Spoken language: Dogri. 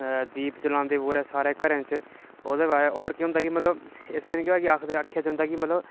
दीप जलांदे पूरे सारे घरें च ओह्दे बाद होर केह् होंदा कि मतलब इस तरीके कन्नै आखेआ जंदा ऐ कि मतलब